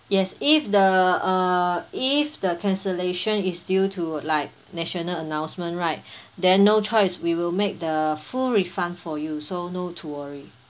yes if the uh if the cancellation is due to like national announcement right then no choice we will make the full refund for you so no to worry